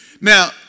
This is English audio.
Now